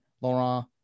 Laurent